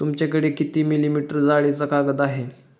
तुमच्याकडे किती मिलीमीटर जाडीचा कागद आहे?